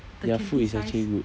their food is actually good